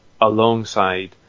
alongside